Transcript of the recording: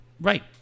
Right